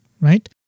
right